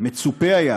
מצופה היה